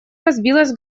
разбилась